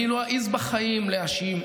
אני לא אעז בחיים להאשים.